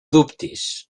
dubtis